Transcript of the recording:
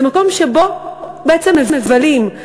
זה מקום שבו בעצם מבלים.